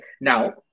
now